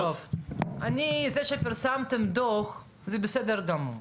אז תקשיב טוב, זה שפרסמתם דוח זה בסדר גמור,